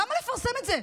למה לפרסם את זה?